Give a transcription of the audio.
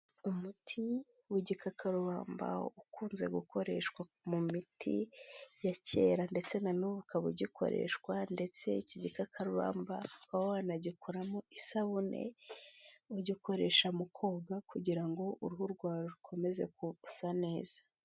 Umuti w'igikakarubamba ukunze gukoreshwa mu miti ya kera ndetse na n'ubu ukaba ugikoreshwa ndetse icyo gikakarubamba ukaba wanagikoramo isabune ujya ukoresha mu koga kugira ngo uruhu rwawe rukomeze gusa neza.